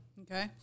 Okay